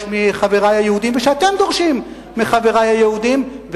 מחברי היהודים ושאתם דורשים מחברי היהודים,